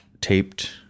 taped